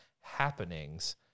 happenings